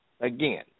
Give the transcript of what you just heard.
Again